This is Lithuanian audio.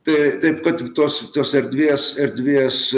tai taip kad tik tos tos erdvės erdvės